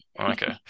okay